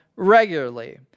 regularly